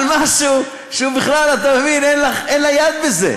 על משהו שבכלל אין לה יד בזה.